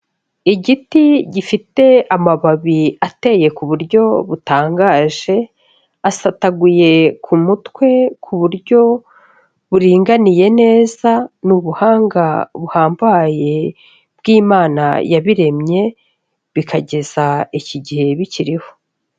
Igiti gifite amababi ateye ku buryo butangaje, asataguye ku mutwe ku buryo buringaniye neza, ni ubuhanga buhambaye bw'Imana yabiremye bikageza iki gihe bikiriho.